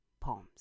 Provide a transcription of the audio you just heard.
poems